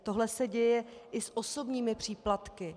Tohle se děje i s osobními příplatky.